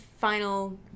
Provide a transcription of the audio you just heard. final